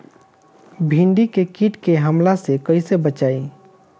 भींडी के कीट के हमला से कइसे बचाई?